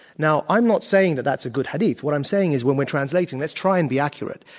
now, i'm not saying that that's a good hadith. what i'm saying is when we're translating, let's try and be accurate.